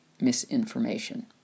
misinformation